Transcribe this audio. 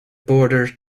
border